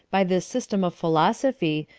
by this system of philosophy,